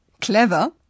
clever